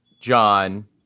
John